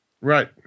Right